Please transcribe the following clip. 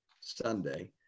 sunday